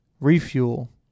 refuel